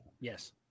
Yes